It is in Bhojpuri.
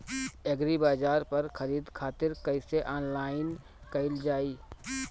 एग्रीबाजार पर खरीदे खातिर कइसे ऑनलाइन कइल जाए?